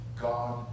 God